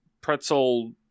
pretzel